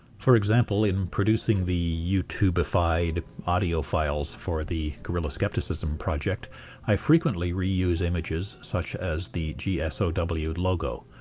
for example, in producing the youtubified audio files for the guerrilla skepticism project i frequently reuse images such as the gsow logo,